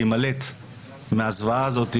להימלט מהזוועה הזאת,